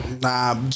Nah